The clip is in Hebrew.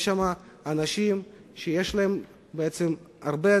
יש שם אנשים שיש להם הרבה